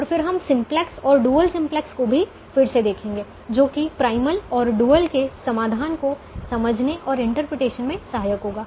और फिर हम सिम्प्लेक्स और डुअल सिम्प्लेक्स को भी फिर से देखेंगे जो कि प्राइमल और डुअल के समाधान को समझने और इंटरप्रिटेशन में सहायक होगा